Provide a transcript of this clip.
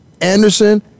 Anderson